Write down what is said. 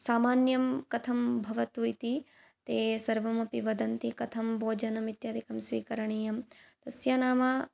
सामान्यं कथं भवतु इति ते सर्वमपि वदन्ति कथं भोजनम् इत्यादिकं स्वीकरणीयं तस्य नाम